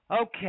Okay